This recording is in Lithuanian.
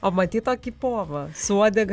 o matei tokį povą su uodega